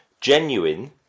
Genuine